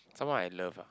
someone I love ah